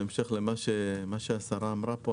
בהמשך למה שהשרה אמרה כאן,